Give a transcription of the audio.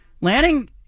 Lanning